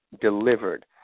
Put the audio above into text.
delivered